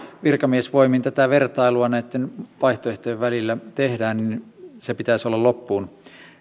virkamiesvoimin tätä vertailua näitten vaihtoehtojen välillä tehdään olla loppuun